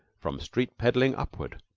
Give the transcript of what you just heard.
from street peddling upward,